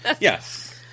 Yes